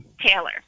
Taylor